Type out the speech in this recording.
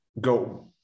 go